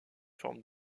forme